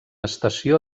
estació